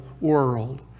world